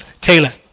Taylor